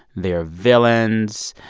they are villains.